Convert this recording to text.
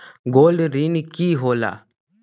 Gold ऋण की होला?